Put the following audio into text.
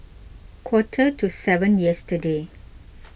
quarter to seven yesterday